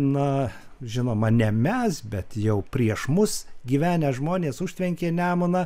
na žinoma ne mes bet jau prieš mus gyvenę žmonės užtvenkė nemuną